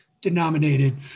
denominated